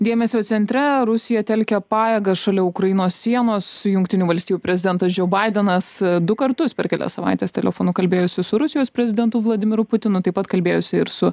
dėmesio centre rusija telkia pajėgas šalia ukrainos sienos su jungtinių valstijų prezidentas džeu baidenas du kartus per kelias savaites telefonu kalbėjosi su rusijos prezidentu vladimiru putinu taip pat kalbėjosi ir su